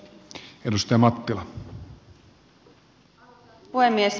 arvoisa puhemies